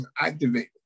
activated